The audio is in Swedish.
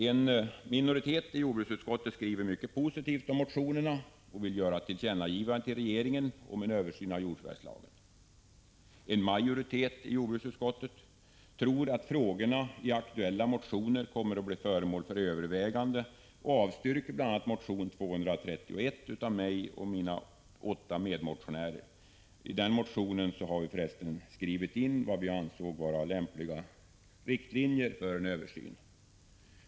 En minoritet i jordbruksutskottet skriver mycket positivt om motionerna och vill göra ett tillkännagivande till regeringen om en översyn av jordförvärvslagen. En majoritet i jordbruksutskottet tror att frågorna i aktuella motioner kommer att bli föremål för överväganden och avstyrker bl.a. motion 231 av mig och åtta medmotionärer. I den motionen har vi för Övrigt skrivit in vad vi ansåg vara lämpliga riktlinjer för en översyn.